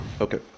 Okay